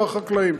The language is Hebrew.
על החקלאים.